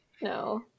No